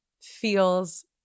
feels